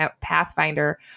Pathfinder